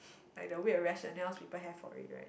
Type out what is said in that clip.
like the weird rationales people have for it right